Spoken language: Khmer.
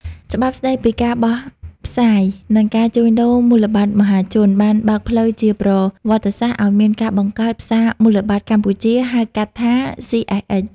ច្បាប់ស្ដីពីការបោះផ្សាយ និងការជួញដូរមូលបត្រមហាជន បានបើកផ្លូវជាប្រវត្តិសាស្ត្រឱ្យមានការបង្កើត "ផ្សារមូលបត្រកម្ពុជា" (ហៅកាត់ថា CSX)។